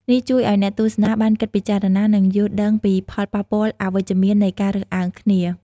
នេះជួយឱ្យអ្នកទស្សនាបានគិតពិចារណា និងយល់ដឹងពីផលប៉ះពាល់អវិជ្ជមាននៃការរើសអើងគ្នា។